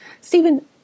Stephen